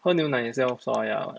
喝牛奶也是要刷牙 what